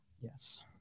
Yes